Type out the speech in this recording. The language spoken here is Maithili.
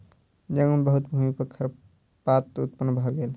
जंगल मे बहुत भूमि पर खरपात उत्पन्न भ गेल